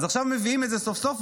אז עכשיו מביאים את זה סוף-סוף,